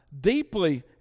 deeply